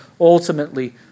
ultimately